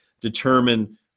determine